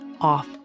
off